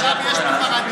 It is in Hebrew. מה היה קורה אז?